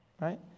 Right